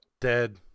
Dead